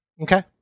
Okay